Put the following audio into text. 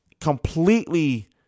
completely